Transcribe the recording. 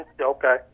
Okay